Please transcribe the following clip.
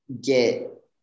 get